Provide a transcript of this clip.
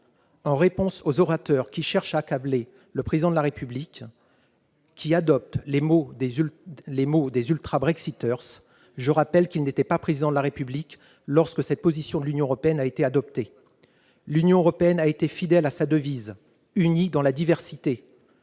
En réponse aux orateurs qui cherchent à accabler Emmanuel Macron, adoptant les mots des « ultra-Brexiters », je rappelle que celui-ci n'était pas Président de la République lorsque cette position de l'Union européenne a été adoptée. L'Union européenne a été fidèle à sa devise :« Unie dans la diversité